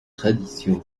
tradition